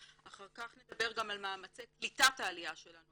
אחר כך נדבר גם על מאמצי קליטת העלייה שלנו,